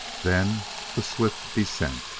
then the swift descent.